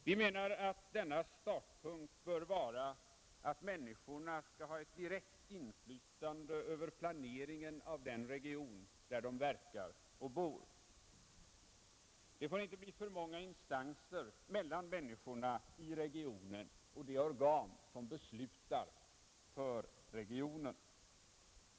Vi menar att denna startpunkt bör vara att människorna skall ha ett direkt inflytande över planeringen av den region där de verkar och bor. Det får inte bli för många instanser mellan människorna i regionen och de organ som beslutar för regionen.